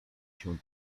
się